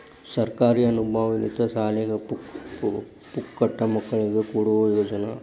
ಸರ್ಕಾರಿ ಅನುದಾನಿತ ಶಾಲ್ಯಾಗ ಪುಕ್ಕಟ ಮಕ್ಕಳಿಗೆ ಕೊಡುವ ಯೋಜನಾ